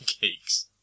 geeks